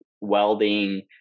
welding